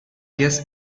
guess